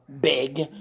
big